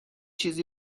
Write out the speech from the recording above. چیزی